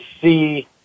see